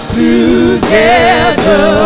together